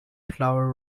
flower